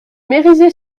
mériset